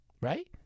Right